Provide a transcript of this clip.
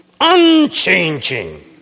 unchanging